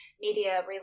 media